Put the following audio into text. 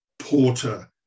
porter